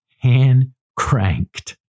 hand-cranked